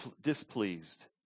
displeased